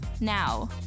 Now